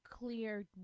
Clear